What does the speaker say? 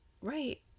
right